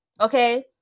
okay